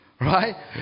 Right